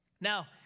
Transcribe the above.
Now